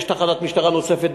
יש תחנת משטרה נוספת,